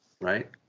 right